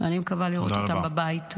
ואני מקווה לראות אותם בבית.